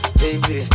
baby